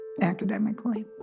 academically